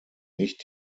nicht